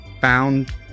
found